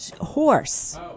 horse